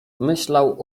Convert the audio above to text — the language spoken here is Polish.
myślał